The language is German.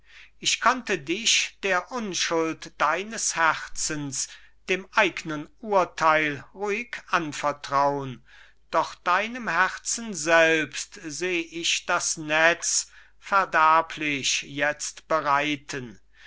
ich konnte dich der unschuld deines herzens dem eignen urteil ruhig anvertraun doch deinem herzen selbst seh ich das netz verderblich jetzt bereiten